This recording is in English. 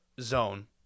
zone